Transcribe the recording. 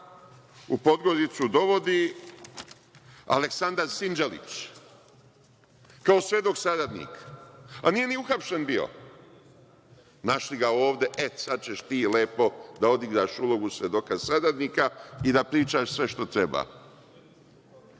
u Podgoricu dovodi Aleksandar Sinđelić, kao svedok saradnik, a nije ni uhapšen bio. Našli su ga ove - e, sada ćeš ti lepo da odigraš ulogu svedoka saradnika i da pričaš sve što